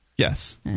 Yes